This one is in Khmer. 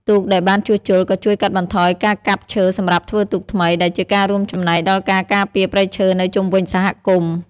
ទូកដែលបានជួសជុលក៏ជួយកាត់បន្ថយការកាប់ឈើសម្រាប់ធ្វើទូកថ្មី ដែលជាការរួមចំណែកដល់ការការពារព្រៃឈើនៅជុំវិញសហគមន៍។